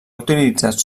utilitzat